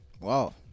wow